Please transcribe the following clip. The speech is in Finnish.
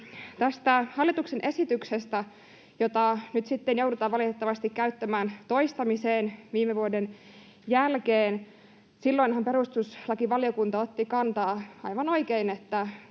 hallituksen esityksestä, jota nyt valitettavasti joudutaan käyttämään toistamiseen viime vuoden jälkeen: Silloinhan perustuslakivaliokunta otti kantaa aivan oikein,